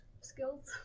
skills